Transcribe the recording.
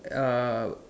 uh